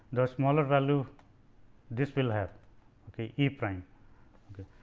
the smaller value this will have ok e prime ok.